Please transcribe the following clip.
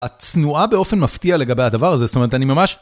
הצנועה באופן מפתיע לגבי הדבר הזה, זאת אומרת, אני ממש...